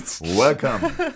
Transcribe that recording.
Welcome